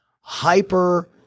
hyper